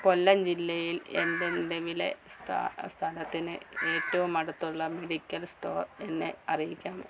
കൊല്ലം ജില്ലയിൽ എന്റെ നിലവിലെ സ്ഥലത്തിന് ഏറ്റവും അടുത്തുള്ള മെഡിക്കൽ സ്റ്റോർ എന്നെ അറിയിക്കാമോ